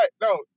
No